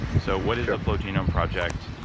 so what is the flow genome project?